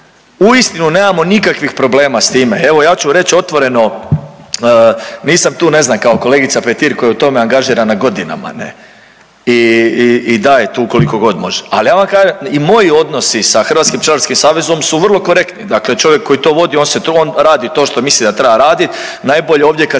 Uistinu nemamo nikakvih problema s time, evo ja ću reći otvoreno nisam tu kao kolegica Petir koja je u tome angažirana godinama ne i, i daje tu koliko god može, ali ja vam kažem i moji odnosi sa Hrvatskim pčelarskim savezom su vrlo korektni, dakle čovjek koji to vodi on radi to što misli da treba raditi, najbolje ovdje kad